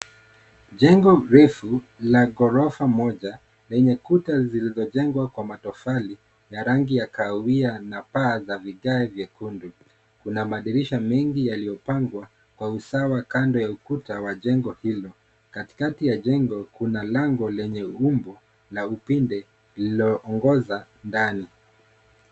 Jengo refu la ghorofa moja lenye kuta zilizojengwa kwa matofali ya rangi ya kahawia na paa za vigai vyekundu, kuna madirisha mengi yaliyopangwa kwa usawa kando ya ukuta wa jengo hilo, katikati ya jengo kuna lango lenye umbo la upinde lililoongoza ndani.